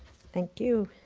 thank you.